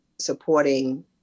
supporting